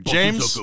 James